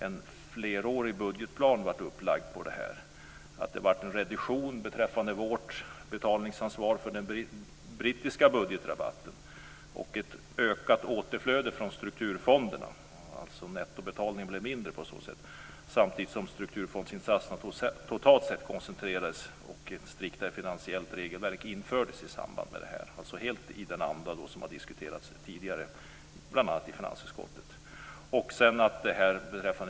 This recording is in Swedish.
En flerårig budgetplan blev upplagd om det här, det blev en reduktion beträffande vårt betalningsansvar för den brittiska budgetrabatten och det blev ett ökat återflöde från strukturfonderna - nettobetalningen blev alltså mindre på så sätt - samtidigt som strukturfondsinsatserna totalt sett koncentrerades, och ett striktare finansiellt regelverk infördes i samband med det här, helt i den anda som har diskuterats tidigare, bl.a. i finansutskottet.